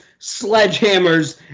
sledgehammers